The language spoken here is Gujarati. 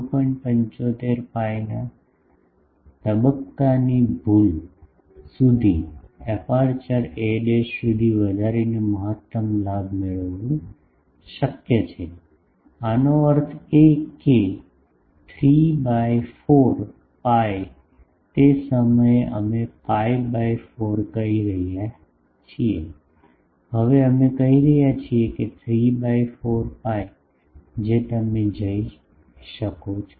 75 pi ના તબક્કાની ભૂલ સુધી અપેરચ્યોર a સુધી વધારીને મહત્તમ લાભ મેળવવું શક્ય છે તેનો અર્થ એ કે 3 બાય 4 પાઇ તે સમયે અમે પાઇ બાય 4 કહી રહ્યા છીએ હવે અમે કહી રહ્યા છીએ કે3 બાય 4 પાઇ જે તમે જઈ શકો છો